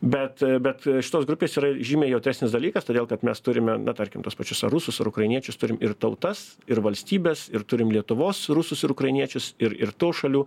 bet bet šitos grupės yra žymiai jautresnis dalykas todėl kad mes turime na tarkim tuos pačiusar rusus ar ukrainiečius turim ir tautas ir valstybes ir turim lietuvos rusus ir ukrainiečius ir ir tų šalių